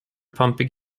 pumping